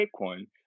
Bitcoin